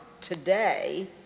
today